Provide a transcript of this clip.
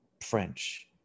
French